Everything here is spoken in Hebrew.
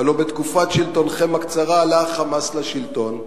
הלוא בתקופת שלטונכם הקצרה עלה ה"חמאס" לשלטון,